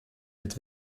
mit